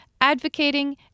Advocating